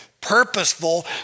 purposeful